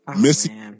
Missy